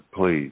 please